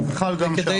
זה חל גם שם.